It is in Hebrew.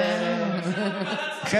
קושניר, קושניר, אנחנו נביא, כן.